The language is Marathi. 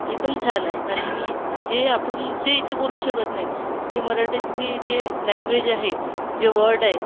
एकदम छान आहे आणि जे आपण जे इथे बोलू शकत नाहीत ते मराठीतली जे लँग्वेज आहे जे वर्ड आहेत